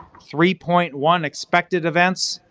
three point one expected events,